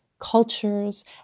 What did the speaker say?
cultures